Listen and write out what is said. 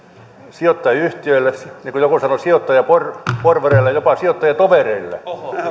sijoittajayhtiöille niin kuin joku sanoi sijoittajaporvareille ja jopa sijoittajatovereille